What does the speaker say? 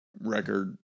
record